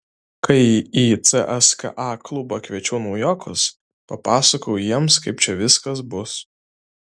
kai į cska klubą kviečiau naujokus papasakojau jiems kaip čia viskas bus